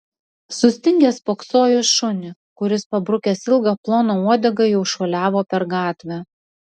sustingęs spoksojo į šunį kuris pabrukęs ilgą ploną uodegą jau šuoliavo per gatvę